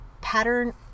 pattern